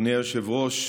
אדוני היושב-ראש,